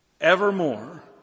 evermore